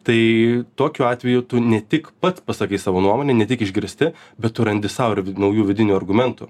tai tokiu atveju tu ne tik pats pasakai savo nuomonę ne tik išgirsti bet tu randi sau naujų vidinių argumentų